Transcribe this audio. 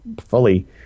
fully